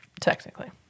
Technically